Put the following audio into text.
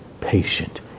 patient